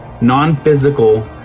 non-physical